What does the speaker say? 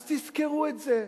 אז תזכרו את זה,